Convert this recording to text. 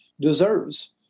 deserves